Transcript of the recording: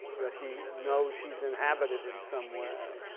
that he knows he's inhabited in some way.